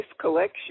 collection